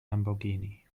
lamborghini